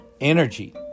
energy